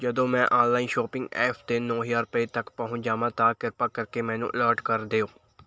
ਜਦੋਂ ਮੈਂ online shopping apps 'ਤੇ ਨੌਂ ਹਜ਼ਾਰ ਰੁਪਏ ਤੱਕ ਪਹੁੰਚ ਜਾਵਾਂ ਤਾਂ ਕਿਰਪਾ ਕਰਕੇ ਮੈਨੂੰ ਅਲਰਟ ਕਰ ਦਿਓ